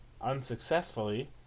unsuccessfully